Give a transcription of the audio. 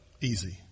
easy